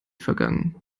vergangen